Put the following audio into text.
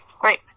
Great